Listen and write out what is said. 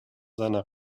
seiner